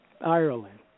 Ireland